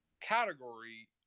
category